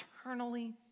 eternally